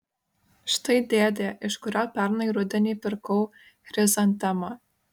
štai dėdė iš kurio pernai rudenį pirkau chrizantemą